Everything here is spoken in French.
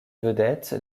vedettes